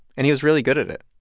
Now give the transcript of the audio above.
and he was really good at it.